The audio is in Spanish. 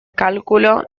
cálculo